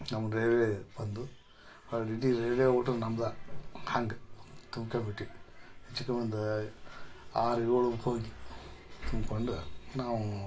ನಮ್ಮ ರೈಲ್ವೆ ಬಂದು ಅಲ್ಲಿ ಇಡೀ ರೈಲ್ವೆ ಒಟ್ಟು ನಮ್ದೆ ಹಂಗೆ ತುಮ್ಕೋಬಿಟ್ಟಿ ಹೆಚ್ಚು ಕಮ್ಮಿ ಒಂದು ಆರು ಏಳು ಬೋಗಿ ತುಂಬ್ಕೊಂಡ್ ನಾವು